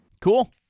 Cool